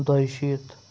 دۄیہِ شیٖتھ